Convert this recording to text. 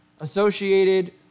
associated